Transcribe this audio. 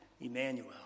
Emmanuel